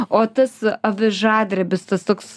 o tas avižadrebis tas toks